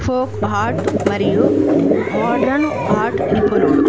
folk art మరియు modern art నిపుణుడు